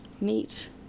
Neat